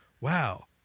wow